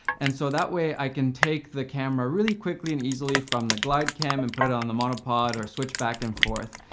and so that way i can take the camera really quickly and easily from the glidecam, and put it on the monopod, or switch back and forth.